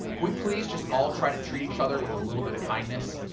we please just all try to treat each other with a little bit of kindness?